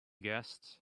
guests